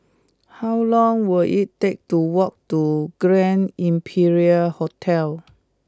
how long will it take to walk to Grand Imperial Hotel